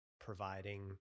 providing